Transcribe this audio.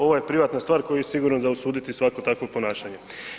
Ovo je privatna stvar i koju je sigurno za osuditi i svako takvo ponašanje.